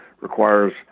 requires